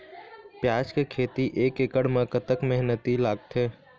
प्याज के खेती एक एकड़ म कतक मेहनती लागथे?